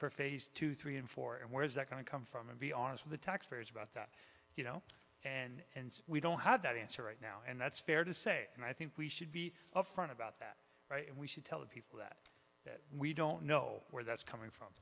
for phase two three and four and where is that going to come from and be honest with the taxpayers about that you know and we don't have that answer right now and that's fair to say and i think we should be upfront about that and we should tell the people that we don't know where that's coming from